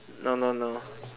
no no no